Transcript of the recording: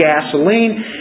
gasoline